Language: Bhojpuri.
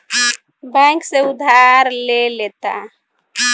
बैंक से उधार ले लेता